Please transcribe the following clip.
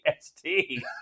st